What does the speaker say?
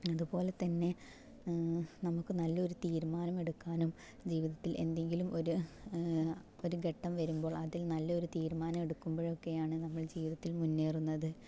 അതുപോലെ തന്നെ നമുക്ക് നല്ലൊരു തീരുമാനം എടുക്കാനും ജീവിതത്തിൽ എന്തെങ്കിലും ഒരു ഘട്ടം വരുമ്പോൾ അതിൽ നല്ലൊരു തീരുമാനം എടുക്കുമ്പോഴൊക്കെയാണ് നമ്മൾ ജീവിതത്തിൽ മുന്നേറുന്നത്